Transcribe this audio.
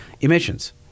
emissions